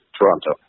Toronto